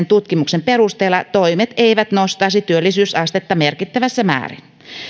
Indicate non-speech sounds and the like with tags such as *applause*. *unintelligible* tutkimuksen perusteella toimet eivät nostaisi työllisyysastetta merkittävässä määrin